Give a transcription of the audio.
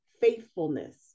faithfulness